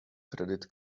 credit